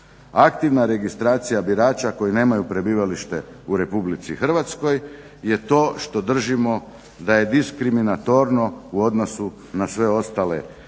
aktivna registracija birača koji nemaju prebivalište u RH je to što držimo da je diskriminatorno u odnosu na sve ostale birače